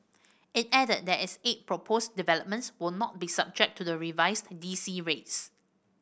it added that its eight proposed developments will not be subject to the revised D C rates